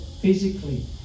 physically